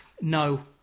no